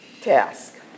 task